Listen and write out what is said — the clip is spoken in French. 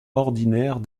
ordinaire